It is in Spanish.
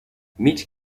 mitch